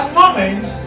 moments